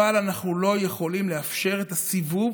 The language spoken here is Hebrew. אבל אנחנו לא יכולים לאפשר את הסיבוב